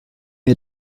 mir